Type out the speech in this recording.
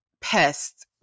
pests